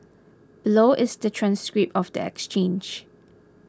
below is the transcript of the exchange